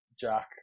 Jack